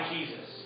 Jesus